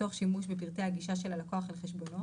תוך שימוש בפרטי הגישה של הלקוח אל חשבונו